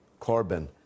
Corbyn